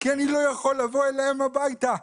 כי אני לא יכול לבוא אליהם הביתה.